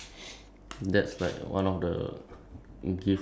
ya ya so I got the the shirt